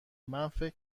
فکر